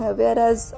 whereas